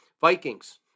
Vikings